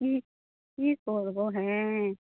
কী কী করবো হ্যাঁ